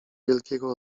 wielkiego